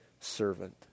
servant